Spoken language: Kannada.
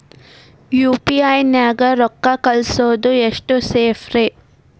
ಯು.ಪಿ.ಐ ನ್ಯಾಗ ರೊಕ್ಕ ಕಳಿಸೋದು ಎಷ್ಟ ಸೇಫ್ ರೇ?